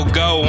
go